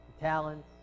talents